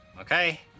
okay